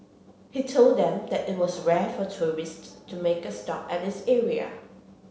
he told them that it was rare for tourists to make a stop at this area